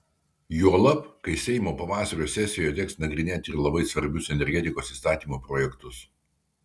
juolab kai seimo pavasario sesijoje teks nagrinėti ir labai svarbius energetikos įstatymų projektus